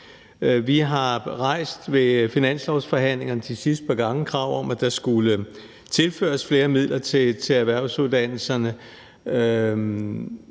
Vi har ved finanslovsforhandlingerne de sidste par gange stillet krav om, at der skulle tilføres flere midler til erhvervsuddannelserne.